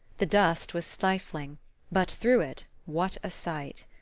the dust was stifling but through it, what a sight!